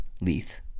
Leith